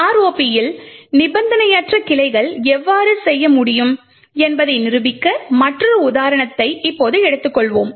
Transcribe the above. ROP இல் நிபந்தனையற்ற கிளைகளை எவ்வாறு செய்ய முடியும் என்பதை நிரூபிக்கும் மற்றொரு உதாரணத்தை இப்போது எடுத்துக்கொள்வோம்